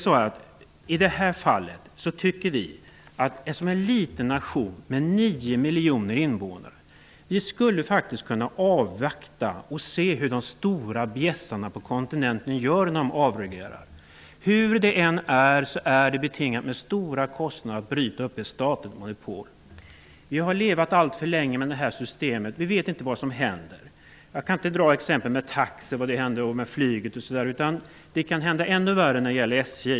Vi tycker att Sverige, som är en liten nation med 9 miljoner invånare, faktiskt skulle kunna avvakta och se hur de stora bjässarna på kontinenten gör när de avreglerar. Hur det än är så är det förenat med stora kostnader att bryta upp ett statligt monopol. Vi har levt alltför länge med detta system. Vi vet inte vad som händer. Jag skall inte nämna vad som hände med taxi eller med flyget, men det kan bli ännu värre när det gäller SJ.